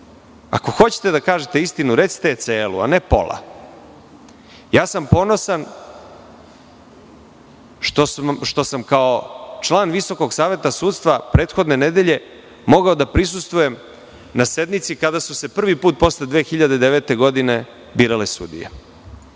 Ako hoćete da kažete istinu, recite je celu a ne pola. Ponosan sam što sam kao član Visokog saveta sudstva prethodne nedelje mogao da prisustvujem na sednici kada su se prvi put posle 2009. godine birale sudije.